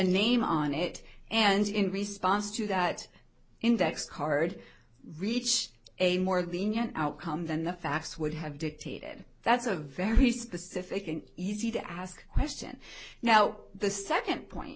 name on it and in response to that index card reach a more lenient outcome than the facts would have dictated that's a very specific and easy to ask question now the second point